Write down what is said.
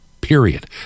period